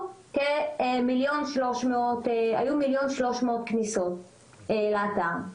היו כ-1,000,300 כניסות לאתר.